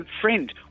friend